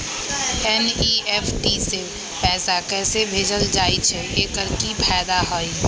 NEFT से पैसा कैसे भेजल जाइछइ? एकर की फायदा हई?